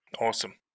Awesome